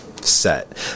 set